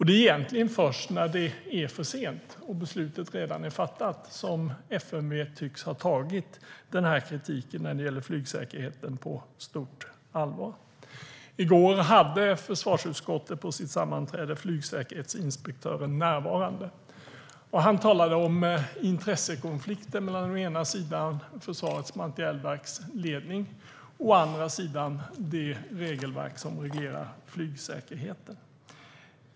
Det är egentligen först när det är för sent och beslutet redan är fattat som FMV tycks ha tagit kritiken mot flygsäkerheten på stort allvar. I går hade försvarsutskottet flyginspektören närvarande på sitt sammanträde. Han talade om intressekonflikter mellan å ena sidan Försvarets materielverks ledning och å andra sidan det regelverk som reglerar flygsäkerheten.